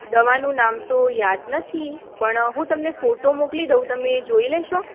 દવાનું નામ તો યાદ નથી પણ હું તમને ફોટો મોકલી દઉં તમે જોઈ લેશો